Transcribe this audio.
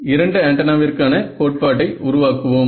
இரண்டு ஆண்டனாவிற்கான கோட்பாட்டை உருவாக்குவோம்